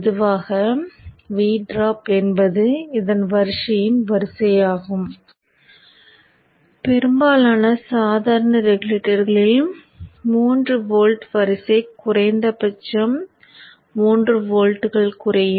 பொதுவாக V drop என்பது இதன் வரிசையின் வரிசையாகும் பெரும்பாலான சாதாரண ரெகுலேட்டர்களில் 3 வோல்ட் வரிசை குறைந்தபட்சம் 3 வோல்ட்கள் குறையும்